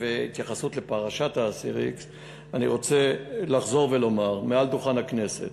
התייחסות לפרשת האסיר X. אני רוצה לחזור ולומר מעל דוכן הכנסת: